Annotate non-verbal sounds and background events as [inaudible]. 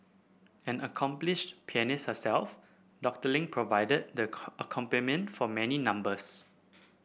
an accomplished pianist herself Doctor Ling provided the [unintelligible] accompaniment for many numbers